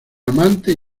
amante